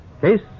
Case